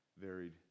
varied